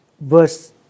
verse